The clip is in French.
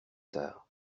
tard